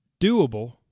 doable